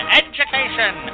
education